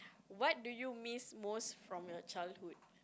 what do you miss most from your childhood